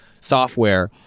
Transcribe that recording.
software